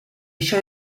això